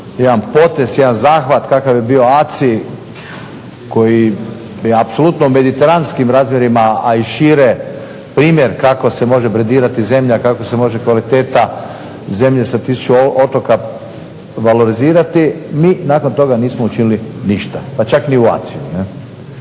jedan potez, jedan zahvat kakav je bio ACI koji apsolutno u mediteranskim razmjerima a i šire primjer kako se može pretendirati zemlja, kako se može kvaliteta zemlje sa 1000 otoka valorizirati. Mi nakon toga nismo učinili ništa, pa čak ni u ACI-u